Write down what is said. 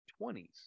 20s